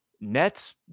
Nets